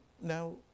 Now